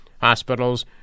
Hospitals